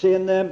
Sedan